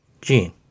Gene